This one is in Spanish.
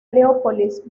leópolis